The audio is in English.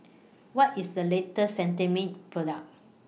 What IS The latest Cetrimide Product